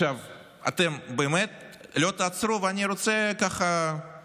אתם באמת לא תעצרו, ואני רוצה להפליג,